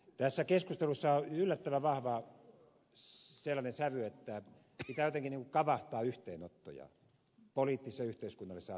tässä keskustelussa on sellainen yllättävän vahva sävy että pitää jotenkin niin kuin kavahtaa yhteenottoja poliittisissa yhteiskunnallisissa asioissa